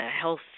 health